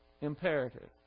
imperative